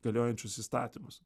galiojančius įstatymus